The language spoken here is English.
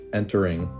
entering